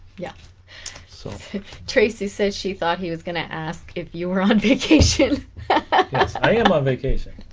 yeah so tracy said she thought he was gonna ask if you were on vacation i am on vacation